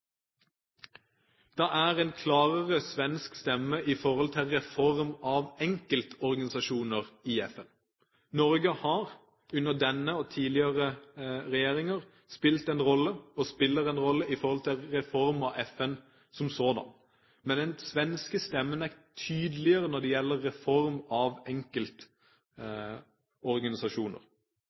Det er en klarere svensk stemme hva gjelder reform av enkeltorganisasjoner i FN. Norge har under denne og tidligere regjeringer spilt en rolle, og spiller en rolle, i forhold til reform av FN som sådan. Men den svenske stemmen er tydeligere når det gjelder reform av enkeltorganisasjoner.